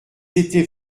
étaient